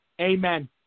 Amen